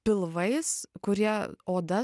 pilvais kurie oda